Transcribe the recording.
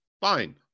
Fine